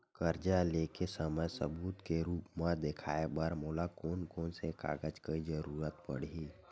कर्जा ले के समय सबूत के रूप मा देखाय बर मोला कोन कोन से कागज के जरुरत पड़ही?